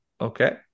Okay